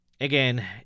again